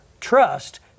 trust